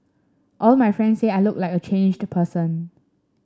all my friend say I look like a changed person